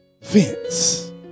Fence